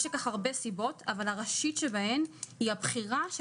יש לכך הרבה סיבות אבל הראשית שבהן היא הבחירה של